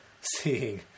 seeing